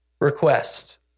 request